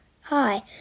Hi